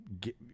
get